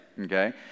okay